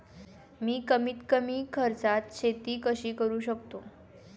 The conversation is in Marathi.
मी कमीत कमी खर्चात शेती कशी करू शकतो?